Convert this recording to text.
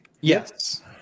Yes